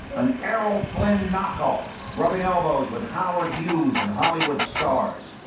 an errol flynn knock-off, rubbing elbows with howard hughes and hollywood stars,